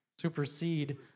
supersede